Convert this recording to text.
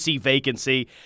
vacancy